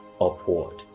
upward